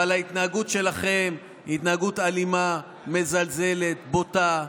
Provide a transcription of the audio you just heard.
אבל ההתנהגות שלכם, התנהגות אלימה, מזלזלת, בוטה,